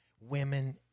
women